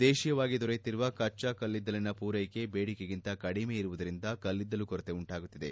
ದೇಶೀಯವಾಗಿ ದೊರೆಯುತ್ತಿರುವ ಕಚ್ಗಾ ಕಲ್ಲಿದ್ದಲಿನ ಪೂರ್ನೆಕೆ ಬೇಡಿಕೆಗಿಂತ ಕಡಿಮೆಯಿರುವುದರಿಂದ ಕಲ್ಲಿದ್ದಲು ಕೊರತೆ ಉಂಟಾಗುತ್ತಿದೆ